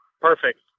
Perfect